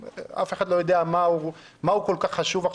שאף אחד לא יודע מה הוא כל כך חשוב,